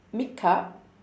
makeup